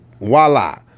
voila